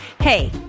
Hey